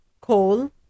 coal